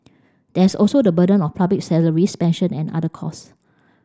there is also the burden of public salaries pension and other cost